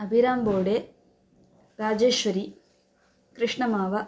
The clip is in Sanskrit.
अभिराम बोडे राजेश्वरी कृष्णमाव